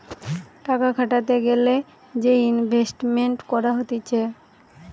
টাকা খাটাতে গ্যালে যে ইনভেস্টমেন্ট করা হতিছে